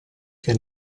che